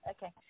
Okay